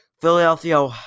Philadelphia